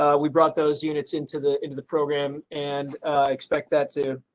ah we brought those units into the, into the program and expect that to.